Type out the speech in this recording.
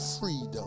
freedom